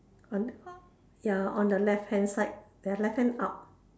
on ya on the left hand side the left hand up